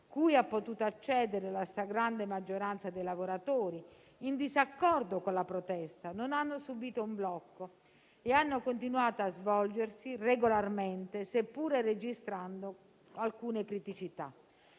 cui ha potuto accedere la stragrande maggioranza dei lavoratori in disaccordo con la protesta - non hanno subito un blocco e hanno continuato a svolgersi regolarmente, seppure registrando alcune criticità.